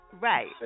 Right